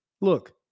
Look